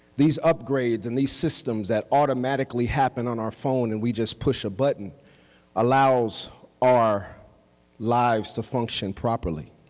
these upgrades and the systems that automatically happen on our phone and we just push a button allows our lives to function properly